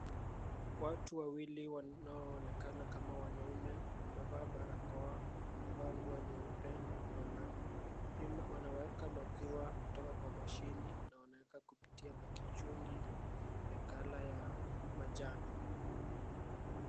Watu wawili wanaoonekana kama wanaume wamevaa barakoa, wamevaa nguo nyeupe, wanaweka maziwa kutoka kwa mashini na wanaweka kupitia kwa kichungi ya color ya manjano.